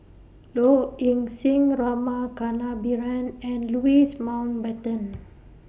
Low Ing Sing Rama Kannabiran and Louis Mountbatten